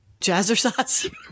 Jazzercise